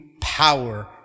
power